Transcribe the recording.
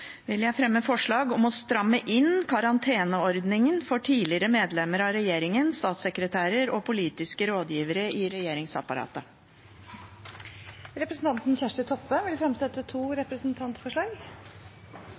vil jeg fremme forslag om å stramme inn karanteneordningen for tidligere medlemmer av regjeringen, statssekretærer og politiske rådgivere i regjeringsapparatet. Representanten Kjersti Toppe vil fremsette to